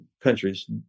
countries